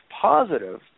positive